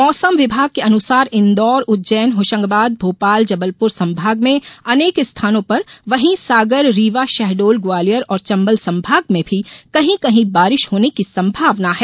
मौसम विभाग के अनुसार इंदौर उज्जैन होशंगाबाद भोपाल जबलपुर संभाग में अनेक स्थानों पर वहीं सागर रीवा शहडोल ग्वालियर और चंबल संभाग में भी कहीं कहीं बारिश होने की संभावना है